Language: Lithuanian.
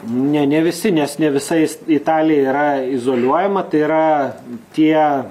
ne ne visi nes ne visais italija yra izoliuojama tai yra tie